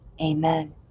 Amen